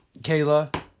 Kayla